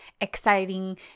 exciting